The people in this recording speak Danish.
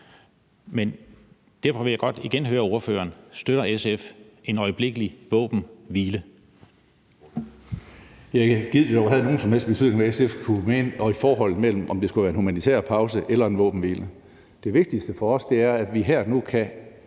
fred. Derfor vil jeg godt igen høre ordføreren: Støtter SF en øjeblikkelig våbenhvile?